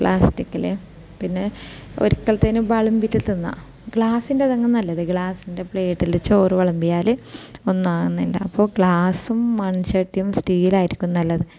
പ്ലാസ്റ്റിക്കിൽ പിന്നെ ഒരിക്കൽത്തേന് പളുങ്കിൽ തിന്നാം ഗ്ലാസ്സിൻ്റെതാണ് നല്ലത് ഗ്ലാസ്സിൻ്റെ പ്ലേറ്റിൽ ചോറ് വിളമ്പിയാൽ ഒന്നും ആകുന്നില്ല അപ്പോൾ ഗ്ലാസ്സും മൺചട്ടിയും സ്റ്റീൽ ആയിരിക്കും നല്ലത്